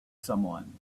someone